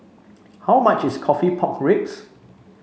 how much is coffee Pork Ribs